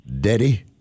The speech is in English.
Daddy